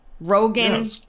Rogan